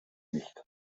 nicht